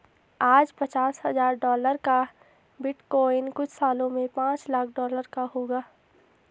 आज पचास हजार डॉलर का बिटकॉइन कुछ सालों में पांच लाख डॉलर का होगा